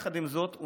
עם זאת,